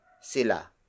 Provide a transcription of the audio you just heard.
Sila